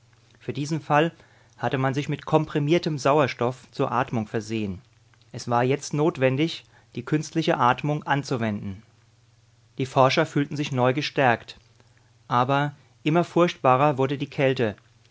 für diesen fall hatte man sich mit komprimiertem sauerstoff zur atmung versehen es war jetzt notwendig die künstliche atmung anzuwenden die forscher fühlten sich neu gestärkt aber immer furchtbarer wurde die kälte